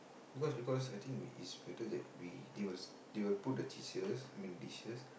because because I think it's better that we they will they will put the dishes I mean dishes